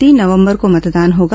तीन नवंबर को मतदान होगा